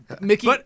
Mickey